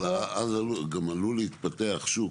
אבל אז גם עלול להתפתח שוק,